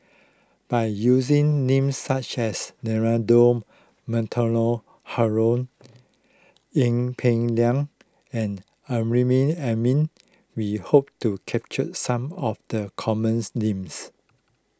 by using names such as Leonard Montague Harrod in Peng Liang and Amrin Amin we hope to capture some of the common names